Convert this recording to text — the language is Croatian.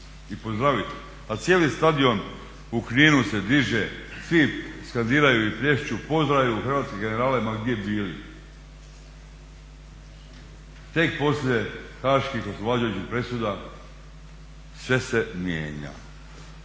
i pozdraviti, a cijeli stadion u Kninu se diže, svi skandiraju i plješću, pozdravljaju hrvatske generale ma gdje bili. Tek poslije haških oslobađajućih presuda sve se mijenja.